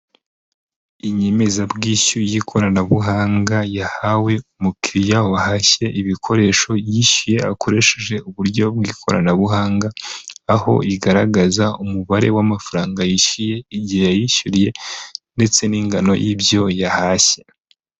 Inyemezabwishyu y'ikoranabuhanga yahawe umukiriya wahashye ibikoresho yishyuye akoresheje uburyo bw'ikoranabuhanga, aho rigaragaza umubare w'amafaranga yishyuye, igihe yayishyuriye ndetse n'ingano y'ibyo yahashye.